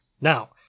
Now